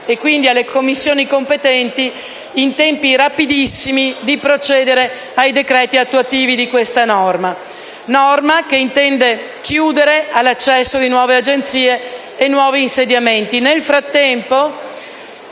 e quindi alle Commissioni competenti, in tempi rapidissimi, di procedere ai decreti attuativi della norma, che intende chiudere l'accesso a nuove agenzie e nuovi insediamenti. Nel frattempo,